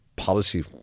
policy